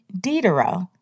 Diderot